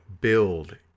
build